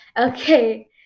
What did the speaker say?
Okay